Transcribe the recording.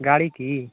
गाड़ी की